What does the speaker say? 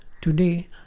Today